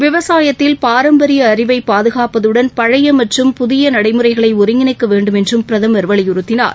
விவசாயத்தில் பாரம்பரிய அறிவை பாதுகாப்பதுடன் பழைய மற்றும் புதிய நடைமுறைகளை ஒருங்கிணைக்க வேண்டும் என்றும் பிரதமர் வலியுறுத்தினார்